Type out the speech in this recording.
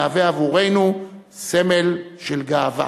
מהווה עבורנו סמל של גאווה.